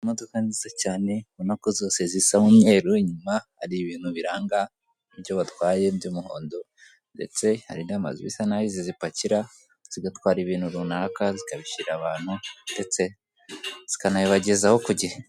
Imodoka nziza cyane ubona ko zose zisa umweru inyuma hari ibintu biranga ibyo batwaye by'umuhondo ndetse hari n'amazu bisa naho izi zipakira zigatwara ibintu runaka zikabishyira abantu ndetse zikanabibagezaho ku gihe.